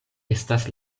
estas